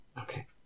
Okay